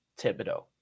Thibodeau